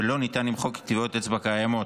ולא ניתן למחוק טביעות אצבע קיימות.